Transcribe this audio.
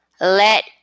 let